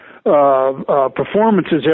Performances